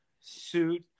suit